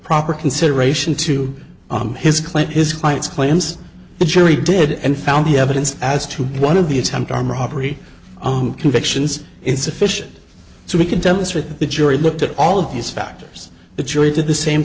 proper consideration to his client his client's claims the jury did and found the evidence as to one of the attempt arm robbery convictions insufficient so we can demonstrate that the jury looked at all of these factors the jury did the same